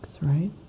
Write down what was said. right